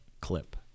clip